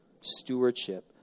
stewardship